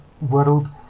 world